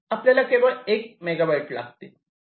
आपल्याला केवळ 1 मेगाबाइट लागतील